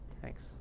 Thanks